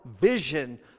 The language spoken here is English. vision